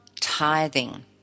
tithing